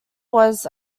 was